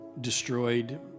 destroyed